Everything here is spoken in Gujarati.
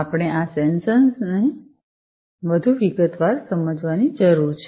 આપણે આ સેન્સર્સને વધુ વિગતવાર સમજવાની જરૂર છે